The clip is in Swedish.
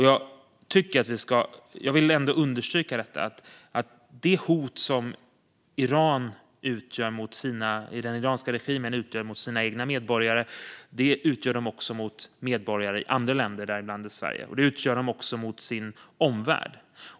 Jag vill ändå understryka att det hot som den iranska regimen utgör mot sina egna medborgare utgör den också mot medborgare i andra länder och däribland Sverige. Det utgör den också gentemot sin omvärld.